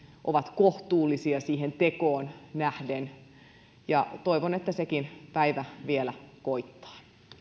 ovat kohtuullisia siihen tekoon nähden toivon että sekin päivä vielä koittaa